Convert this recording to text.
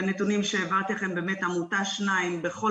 בנתונים שהעברתי לכם יש עמותה אחת-שתיים בכל